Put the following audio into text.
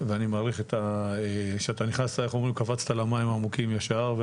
ואני מעריך שקפצת למים העמוקים ישר,